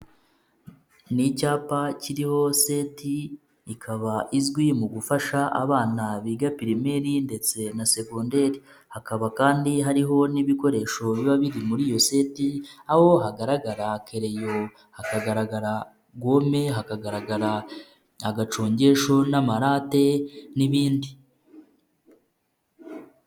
Ni icyapa kiriho seti ikaba izwi mu gufasha abana biga pirimeri ndetse na segonderi, hakaba kandi hariho n'ibikoresho biba biri muri iyo seti, aho hagaragara kereyo, hakagaragara gome, hakagaragara agacongesho n'amarate n'ibindi.